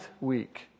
week